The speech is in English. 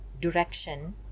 direction